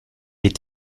est